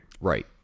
Right